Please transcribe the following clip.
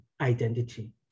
identity